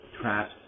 traps